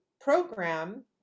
program